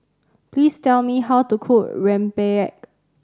please tell me how to cook rempeyek